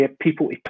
people